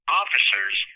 officers